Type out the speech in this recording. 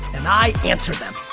and i answer them.